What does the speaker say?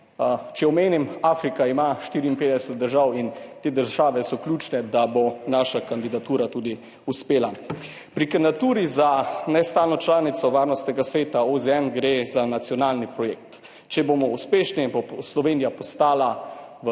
Če omenim, Afrika ima 54 držav in te države so ključne, da bo naša kandidatura tudi uspela. Pri kandidaturi za nestalno članico Varnostnega sveta OZN gre za nacionalni projekt. Če bomo uspešni, bo Slovenija postala